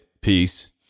peace